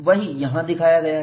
वही यहां दिखाया गया है